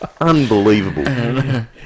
Unbelievable